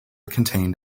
contained